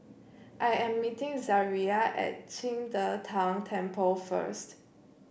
I am meeting Zaria at Qing De Tang Temple first